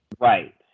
Right